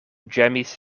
ĝemis